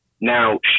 now